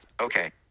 Okay